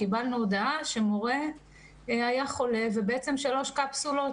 קיבלנו הודעה שמורה היה חולה ושלוש קפסולות